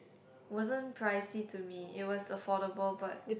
wasn't pricey to me it was affordable but